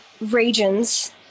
regions